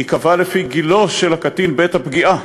ייקבע לפי גילו של הנפגע בעת הפגיעה